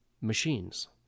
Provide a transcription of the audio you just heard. machines